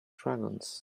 dragons